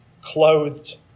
clothed